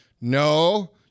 No